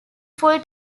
full